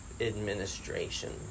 administration